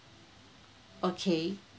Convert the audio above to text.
okay